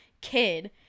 kid